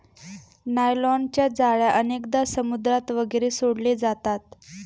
नायलॉनच्या जाळ्या अनेकदा समुद्रात वगैरे सोडले जातात